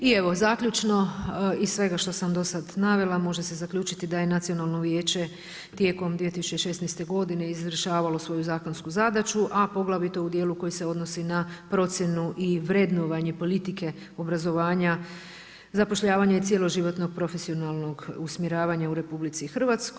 I evo, zaključno, iz svega što sam do sad navela, može se zaključiti da je Nacionalno vijeće tijekom 2016. godine, izvršavalo svoju zakonsku zadaću, a poglavito u dijelu koji se odnosi na procjenu i vrednovanje politike obrazovanja zapošljavanja i cijeloživotnog profesionalnog usmjeravanja u RH.